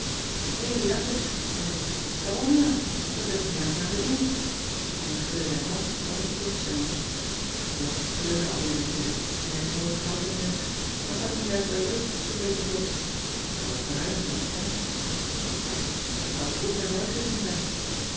hé jakkes zei ik waarom nou dat heb ik nergens aan verdiend en ik schudde zijn hand als een pompzwengel jog kleurde al weer natuurlijk en hij snoot gauw zijn neus maar t staat hem juist wel leuk zoo'n beetje blos hij wordt bruin van het tennissen gek dat zou ik vroeger nooit gezien hebben